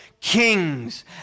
kings